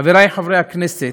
חברי חברי הכנסת,